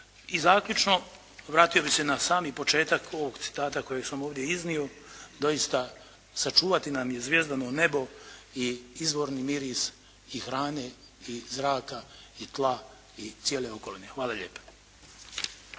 I zaključno, vratio bih se na sami početak ovog citata kojeg sam ovdje iznio, doista, sačuvati nam je zvjezdano nebo i izvorni miris i hrane i zraka i tla i cijele okoline. Hvala lijepa.